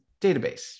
database